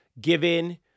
given